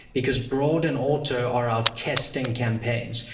because broad and auto are our testing campaigns.